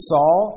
Saul